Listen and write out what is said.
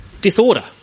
disorder